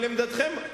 אבל עמדתכם,